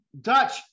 Dutch